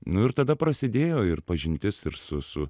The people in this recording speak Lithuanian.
nuo ir tada prasidėjo ir pažintis ir su su